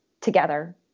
together